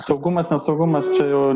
saugumas nesaugumas čia jau